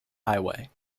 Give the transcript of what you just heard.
highway